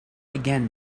again